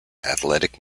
athletic